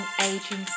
Aging